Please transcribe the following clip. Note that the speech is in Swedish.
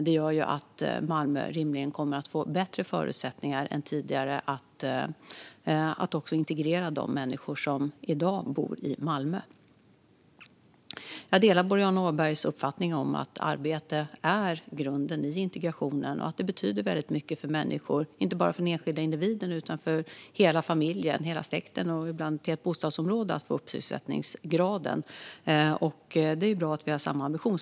Det gör att Malmö rimligen kommer att få bättre förutsättningar än tidigare att integrera de människor som i dag bor i Malmö. Jag delar Boriana Åbergs uppfattning att arbete är grunden i integrationen och att det betyder väldigt mycket för människor - inte bara för den enskilda individen utan för hela familjen, hela släkten och ibland ett helt bostadsområde - att man får upp sysselsättningsgraden. Det är bra att vi har samma ambition.